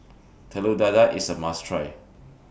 Telur Dadah IS A must Try